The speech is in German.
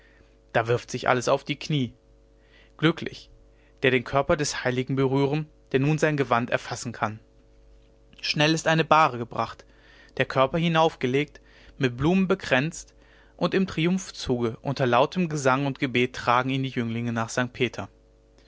da wirft sich alles auf die knie glücklich der den körper des heiligen berühren der nur sein gewand erfassen kann schnell ist eine bahre gebracht der körper hinaufgelegt mit blumen bekränzt und im triumphzuge unter lautem gesang und gebet tragen ihn jünglinge nach st peter